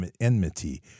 enmity